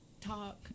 talk